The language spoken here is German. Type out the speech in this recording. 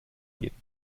jeden